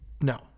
No